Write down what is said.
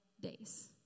days